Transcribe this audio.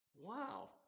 wow